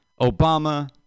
Obama